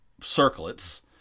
circlets